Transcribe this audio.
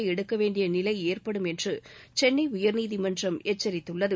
கட்டாய எடுக்கவேண்டிய நிலை ஏற்படும் என்று சென்னை உயர்நீதிமன்றம் எச்சரித்துள்ளது